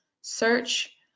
search